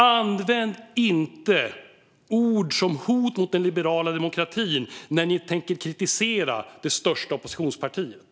Använd inte uttryck som "hot mot den liberala demokratin" när ni tänker kritisera det största oppositionspartiet!